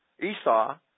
Esau